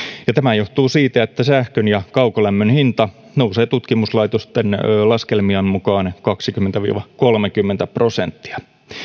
ja tämä johtuu siitä että sähkön ja kaukolämmön hinta nousee tutkimuslaitosten laskelmien mukaan kaksikymmentä viiva kolmekymmentä prosenttia